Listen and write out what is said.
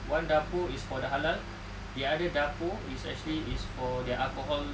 one dapur is for the halal the other dapur is actually is for their alcohol